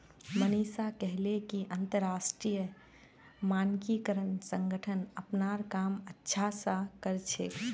मनीषा कहले कि अंतरराष्ट्रीय मानकीकरण संगठन अपनार काम अच्छा स कर छेक